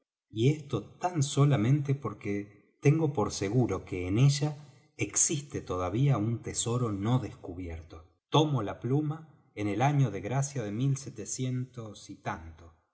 y esto tan solamente porque tengo por seguro que en ella existe todavía un tesoro no descubierto tomo la pluma en el año de gracia de y